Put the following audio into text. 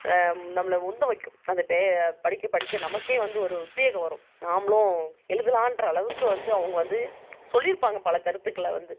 நம்மளை உந்த வைக்கும் அந்த படிக்க படிக்க நமக்கே வந்து ஒரு உத்வேகம் வரும் நாமளும் எழுதலாகிற அளவுக்கு வந்து அவங்க வந்து சொல்லியிருப்பாங்க பல கருத்துக்களை வந்து